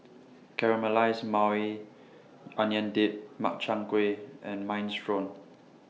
Caramelized Maui Onion Dip Makchang Gui and Minestrone